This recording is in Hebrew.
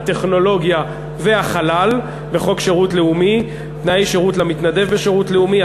הטכנולוגיה והחלל בחוק שירות לאומי (תנאי שירות למתנדב בשירות לאומי),